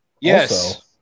Yes